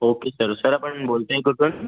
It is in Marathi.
ओके सर सर आपण बोलत आहे कुठून